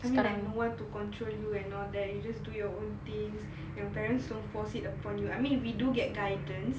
I mean like no one to control you and all that you just do your own things your parents don't force it upon you I mean we do get guidance